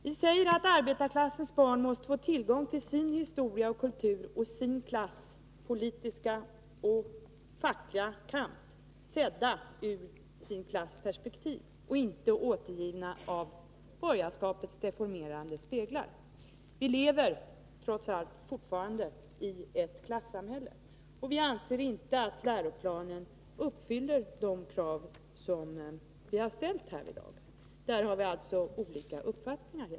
Vi säger att arbetarklassens barn måste få tillgång till sin historia och kultur och sin klass politiska och fackliga kamp, sedda ur sin klass perspektiv — och inte återgivna i borgerskapets deformerande speglar. Vi lever, trots allt, fortfarande i ett klassamhälle, och vi anser inte att läroplanen uppfyller de krav som vi har ställt i dag. Där har vi alltså olika uppfattningar.